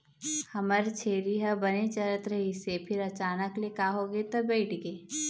हमर छेरी ह बने चरत रहिस हे फेर अचानक ले का होगे ते बइठ गे